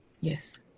yes